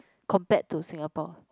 compared to Singapore